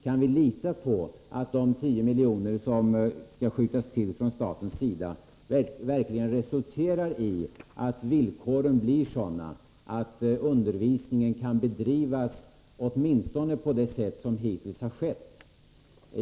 Kan vi lita på att de 10 milj.kr. som skall tillskjutas av staten verkligen resulterar i att villkoren blir sådana att undervisningen kan bedrivas åtminstone på det sätt som hittills har skett?